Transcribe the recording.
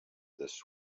this